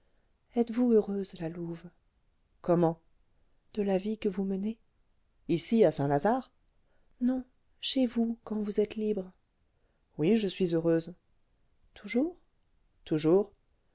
êtes-vous heureuse la louve comment de la vie que vous menez ici à saint-lazare non chez vous quand vous êtes libre oui je suis heureuse toujours toujours